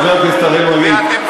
חבר הכנסת אראל מרגלית,